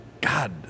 god